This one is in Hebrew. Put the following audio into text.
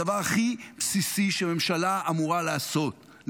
הדבר הכי בסיסי שממשלה אמורה לעשות,